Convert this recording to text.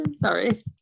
sorry